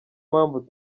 mpamvu